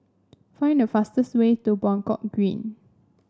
find the fastest way to Buangkok Green